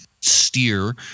steer